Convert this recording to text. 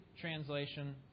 translation